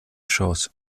chance